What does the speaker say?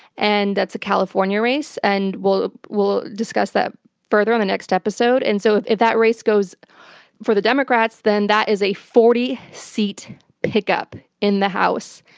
and that's a california race, and we'll we'll discuss that further on the next episode. and so if if that race goes for the democrats, then that is a forty seat pickup in the house.